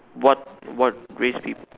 what what race people